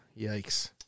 Yikes